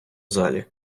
залі